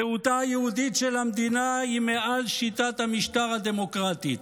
זהותה היהודית של המדינה היא מעל שיטת המשטר הדמוקרטית,